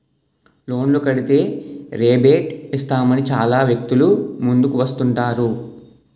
లోన్లు కడితే రేబేట్ ఇస్తామని చాలా వ్యక్తులు ముందుకు వస్తుంటారు